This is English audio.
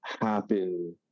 happen